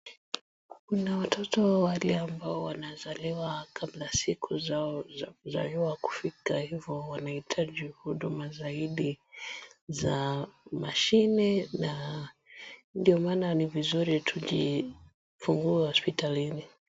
Kuna watoto wale ambao wanazaliwa kabla siku zao za kuzaliwa kufika hivyo wanahitaji huduma zaidi za mashine na ndio maana ni vizuri tujifungue hospitalini.